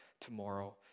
tomorrow